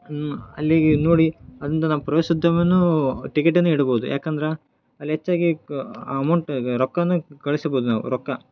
ಹ್ಞೂ ಅಲ್ಲಿಗೆ ನೋಡಿ ಅದರಿಂದ ನಮ್ಮ ಪ್ರವಾಸೋದ್ಯಮನೂ ಟಿಕೇಟನ್ನು ಇಡ್ಬೋದು ನೀಡ್ಬೋದು ಯಾಕಂದ್ರೆ ಅಲ್ಲಿ ಹೆಚ್ಚಾಗಿ ಕ ಅಮೌಂಟ್ ರೊಕ್ಕನು ಗಳಿಸಬೋದ್ ನಾವು ರೊಕ್ಕ